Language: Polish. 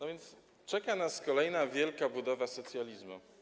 A więc czeka nas kolejna wielka budowa socjalizmu.